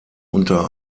unter